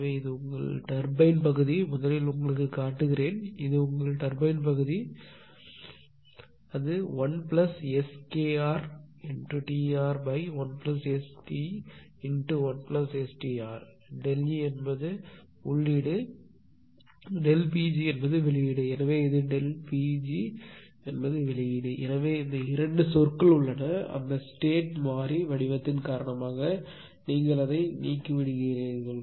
எனவே இது உங்கள் விசையாழி பகுதி முதலில் உங்களுக்குக் காட்டுகிறேன் இது உங்கள் விசையாழி பகுதி இது உங்கள் விசையாழி பகுதி 1SKrTr1STt1STr ΔE என்பது உள்ளீடு ΔP g என்பது வெளியீடு எனவே இது ΔP g என்பது வெளியீடு எனவே இந்த 2 சொற்கள் உள்ளன எனவே அந்த ஸ்டேட் மாறி வடிவத்தின் காரணமாக நீங்கள் அதை நீக்கிவிடுகிறோம்